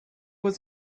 was